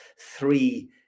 three